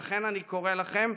לכן אני קורא לכם,